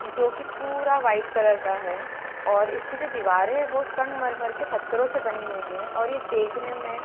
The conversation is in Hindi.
जो कि पूरा व्हाइट कलर का है और इसकी जो दीवारें हैं वो संगमरमर के पत्थरों से बनी हुई हैं और ये देखने में